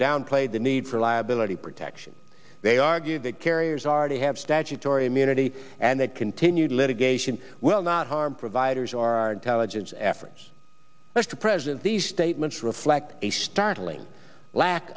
downplayed the need for liability protection they argue that carriers are they have statutory immunity and that continued litigation will not harm providers our intelligence efforts mr president these statements reflect a startling lack